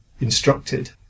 instructed